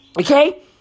Okay